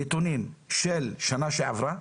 נתונים של שנה שעברה,